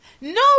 No